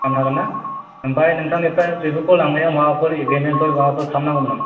लांनो हागोनना आमफाय नोंथांनिफ्राय बेफोरखौ लांनायाव माबाफोर एग्रिमेन्टफोर माबाफोर खालामनांगौमोन नामा